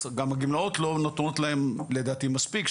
גם הגמלאות לא נותנות להם לדעתי מספיק,